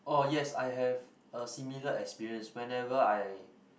oh yes I have a similar experience whenever I